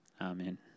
amen